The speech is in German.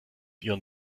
ihren